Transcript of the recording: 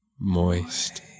Moist